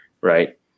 right